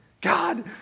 God